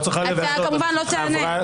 אתה כמובן לא תענה.